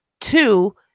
Two